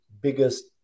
biggest